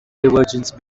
divergence